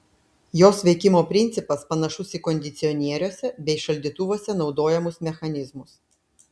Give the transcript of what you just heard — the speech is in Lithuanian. jos veikimo principas panašus į kondicionieriuose bei šaldytuvuose naudojamus mechanizmus